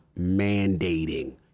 mandating